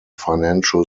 financial